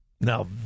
Now